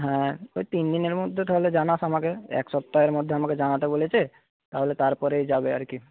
হ্যাঁ ওই তিন দিনের মধ্যে তাহলে জানাস আমাকে এক সপ্তাহের মধ্যে আমাকে জানাতে বলেছে তাহলে তারপরেই যাবে আর কি